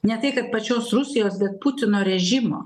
ne tai kad pačios rusijos dėl putino režimo